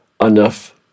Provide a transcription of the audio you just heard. enough